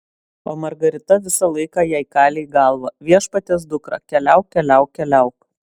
o margarita visą laiką jai kalė į galvą viešpaties dukra keliauk keliauk keliauk